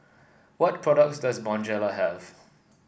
what products does Bonjela have